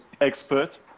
expert